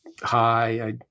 hi